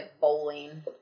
bowling